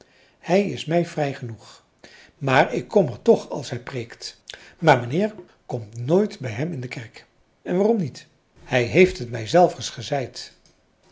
hij is mij vrij genoeg maar ik kom er toch als hij preekt maar mijnheer komt nooit bij hem in de kerk en waarom niet hij heeft het mij zelvers gezeid